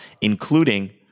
including